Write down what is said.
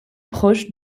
proche